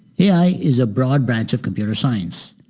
ai is a broad branch of computer science.